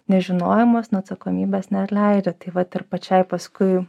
nežinojimas nuo atsakomybės neatleidžia tai vat ir pačiai paskui